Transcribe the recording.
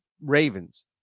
Ravens